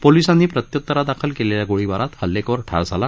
पोलीसांनी प्रत्य्तरात केलेल्या गोळीबारात हल्लेखोर ठार झाला